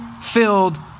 filled